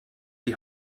die